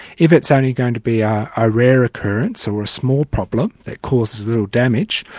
if it's only going to be a ah rare occurrence or a small problem that causes little damage,